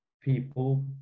people